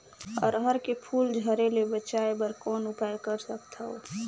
अरहर के फूल झरे ले बचाय बर कौन उपाय कर सकथव?